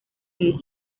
iyi